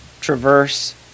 traverse